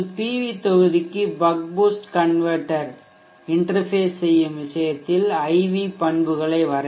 we தொகுதிக்கு buck boost converter interface செய்யும் விஷயத்தில் IV பண்புகளை வரையலாம்